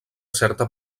certa